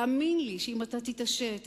תאמין לי שאם אתה תתעשת,